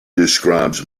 describes